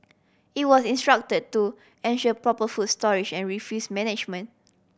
it was instructed to ensure proper food storage and refuse management